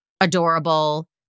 adorable